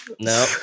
No